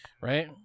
right